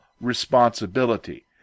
responsibility